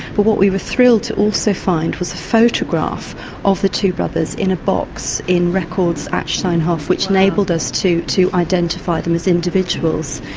but what we were thrilled to also find was a photograph of the two brothers in a box in records at steinhof which enabled us to identify them as individuals.